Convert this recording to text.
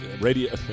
radio